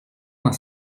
dans